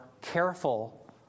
careful